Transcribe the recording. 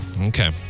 Okay